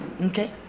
Okay